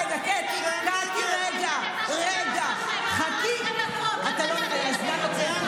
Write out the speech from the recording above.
רגע, קטי, קטי, רגע, רגע, חכי, הזמן עוצר?